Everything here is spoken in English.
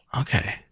Okay